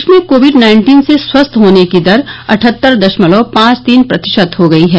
देश में Covid nineteen से स्वस्थ होने की दर अठहत्तर दशमलव पांच तीन प्रतिशत हो गई है